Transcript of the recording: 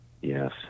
Yes